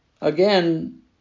Again